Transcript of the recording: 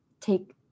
take